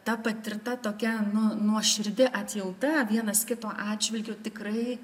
ta patirta tokia nu nuoširdi atjauta vienas kito atžvilgiu tikrai